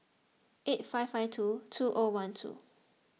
eight five five two two O one two